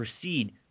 proceed